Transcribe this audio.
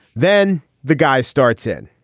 then the guy starts in,